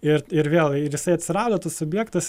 ir ir vėl ir jisai atsirado tas subjektas